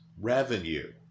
revenue